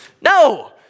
No